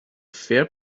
fair